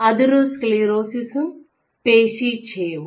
അതിറോസ്ക്ലീറോസിസും പേശിക്ഷയവും